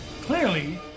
Clearly